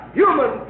human